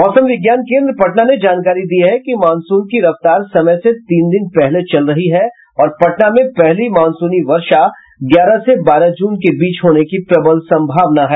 मौसम विज्ञान केंद्र पटना ने जानकारी दी है कि मानसून की रफ्तार समय से तीन दिन पहले चल रही है और पटना में पहली मानसूनी वर्षा ग्यारह से बारह जून के बीच होने की प्रबल संभावना है